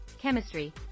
chemistry